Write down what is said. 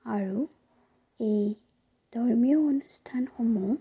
আৰু এই ধৰ্মীয় অনুষ্ঠানসমূহ